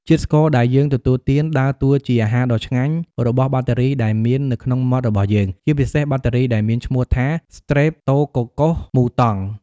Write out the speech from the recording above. ជាតិស្ករដែលយើងទទួលទានដើរតួជាអាហារដ៏ឆ្ងាញ់របស់បាក់តេរីដែលមាននៅក្នុងមាត់របស់យើង ជាពិសេសបាក់តេរីដែលមានឈ្មោះថា ស្ត្រេបតូកូកុស មូតង់ ។